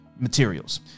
materials